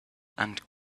and